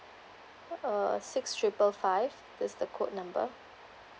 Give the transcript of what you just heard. uh six triple five this the code number